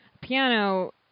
Piano